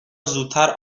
زودتر